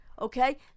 Okay